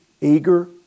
Eager